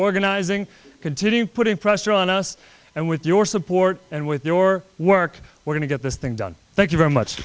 organizing continue putting pressure on us and with your support and with your work we're going to get this thing done thank you very much